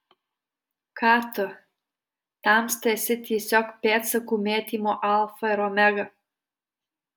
ką tu tamsta esi tiesiog pėdsakų mėtymo alfa ir omega